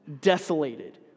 desolated